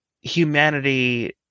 humanity